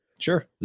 Sure